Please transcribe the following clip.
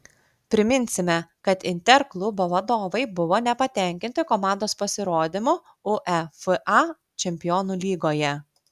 priminsime kad inter klubo vadovai buvo nepatenkinti komandos pasirodymu uefa čempionų lygoje